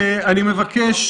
באמת.